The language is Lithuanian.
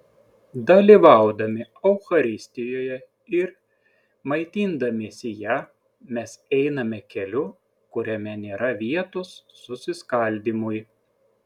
dalyvaudami eucharistijoje ir maitindamiesi ja mes einame keliu kuriame nėra vietos susiskaldymui